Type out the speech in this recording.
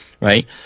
right